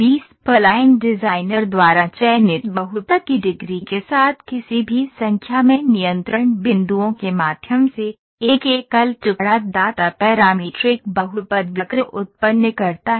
B spline designer द्वारा चयनित बहुपद की डिग्री के साथ किसी भी संख्या में नियंत्रण बिंदुओं के माध्यम से एक एकल टुकड़ा दाता पैरामीट्रिक बहुपद वक्र उत्पन्न करता है